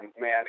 man